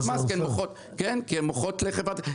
הן משלמות מס, כי הן מוכרות לחברת החשמל.